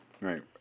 right